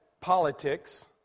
politics